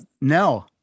no